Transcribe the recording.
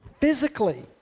physically